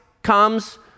comes